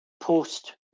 post